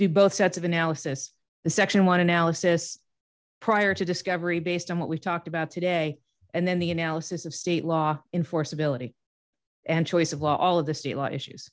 do both sets of analysis the section one analysis prior to discovery based on what we talked about today and then the analysis of state law in force ability and choice of law all of the state law issues